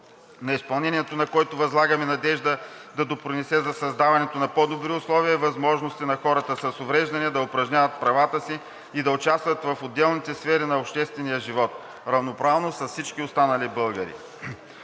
на изпълнението, на който възлагаме надежда да допринесе за създаването на по-добри условия и възможности на хората с увреждания да упражняват правата си и да участват в отделните сфери на обществения живот – равноправно с останалите български